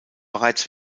bereits